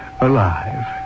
alive